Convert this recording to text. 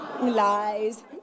Lies